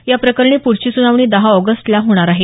या प्रकरणी पुढची सुनावणी दहा ऑगस्टला होणार आहे